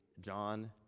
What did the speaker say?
John